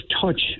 touch